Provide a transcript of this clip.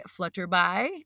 flutterby